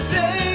Say